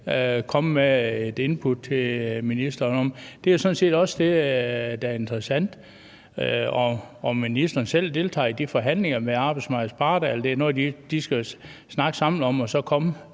komme med et input til ministeren om det. Det er sådan set også det, der er interessant, altså om ministeren selv deltager i de forhandlinger med arbejdsmarkedets parter, eller om det er noget, de skal snakke sammen om og så komme